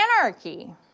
anarchy